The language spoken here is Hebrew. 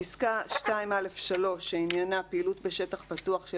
פסקה (2א3) שעניינה "פעילות בשטח פתוח של